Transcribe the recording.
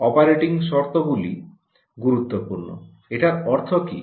operating শর্তগুলি গুরুত্বপূর্ণ এটার অর্থ কী